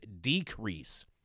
decrease